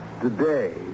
Today